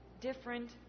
Different